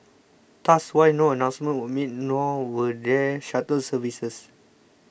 thus why no announcements were made nor were there shuttle services